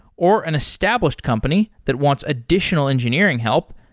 or an established company that wants additional engineering help,